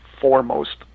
foremost